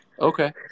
Okay